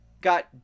got